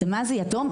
מה זה יתום?